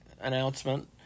announcement